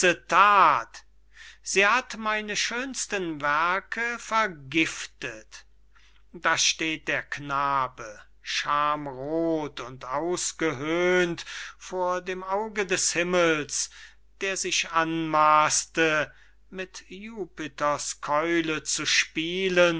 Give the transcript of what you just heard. sie hat meine schönsten werke vergiftet da steht der knabe schaamroth und ausgehöhnt vor dem auge des himmels der sich anmaßte mit jupiters keule zu spielen